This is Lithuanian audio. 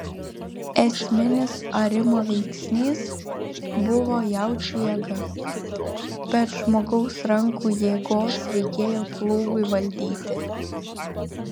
esminis arimo veiksnys buvo jaučių jėga bet žmogaus rankų jėgos reikėjo plūgui valdyti